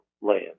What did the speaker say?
land